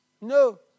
No